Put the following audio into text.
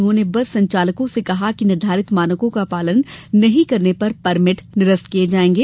उन्होंने बस संचालकों से कहा कि निर्धारित मानकों का पालन नहीं करने पर परमिट निरस्त किये जायेंगे